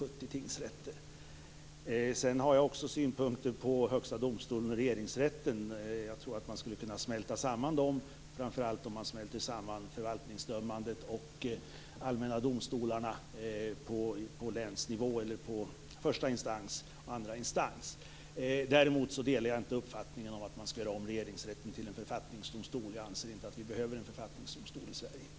Jag tror att man skulle kunna smälta samman Regeringsrätten och Högsta domstolen, framför allt om man smälter samman förvaltningsdömandet och de allmänna domstolarna på länsnivå, i första och andra instans. Däremot delar jag inte uppfattningen att man skall göra om Regeringsrätten till en författningsdomstol. Jag anser inte att vi behöver en författningsdomstol i Sverige.